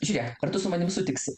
žiūrėk ar tu su manim sutiksi